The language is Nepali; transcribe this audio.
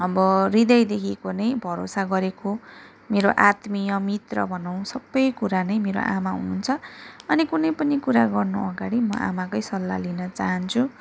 अब हृदयदेखिको नै भरोसा गरेको मेरो आत्मीय मित्र भनौँ सबै कुरा नै मेरो आमा हुनुहुन्छ अनि कुनै पनि कुरा गर्नु अगाडि म आमाकै सल्लाह लिन चाहन्छु